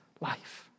Life